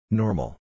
normal